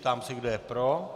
Ptám se, kdo je pro.